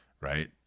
right